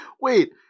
Wait